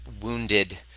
wounded